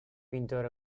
pintor